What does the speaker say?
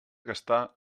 gastar